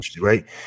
right